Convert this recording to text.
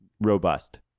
robust